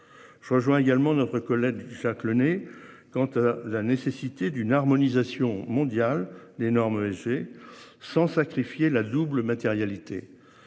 Je rejoins également notre collègue Jacques Launay. Quant à la nécessité d'une harmonisation mondiale des normes ESG sans sacrifier la double matérialité